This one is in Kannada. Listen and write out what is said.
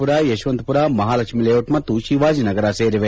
ಪುರ ಯಶವಂತಪುರ ಮಹಾಲಕ್ಷ್ಮಿ ಲೇಔಟ್ ಮತ್ತು ಶಿವಾಜಿನಗರ ಸೇರಿವೆ